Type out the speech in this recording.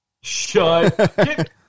Shut